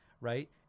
right